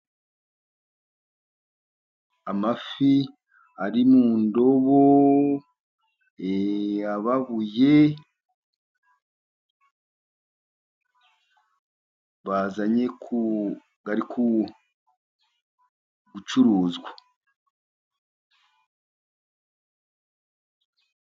Amafi ari mu ndobo, ababuye bazanye, ari gucuruzwa.